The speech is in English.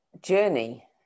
journey